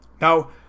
Now